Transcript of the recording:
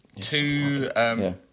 Two